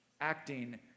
acting